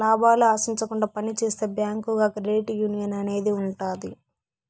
లాభాలు ఆశించకుండా పని చేసే బ్యాంకుగా క్రెడిట్ యునియన్ అనేది ఉంటది